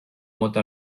mota